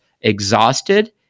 exhausted